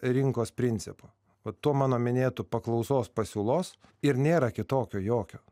rinkos principu vat tuo mano minėtu paklausos pasiūlos ir nėra kitokio jokio